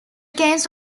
case